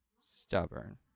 Stubborn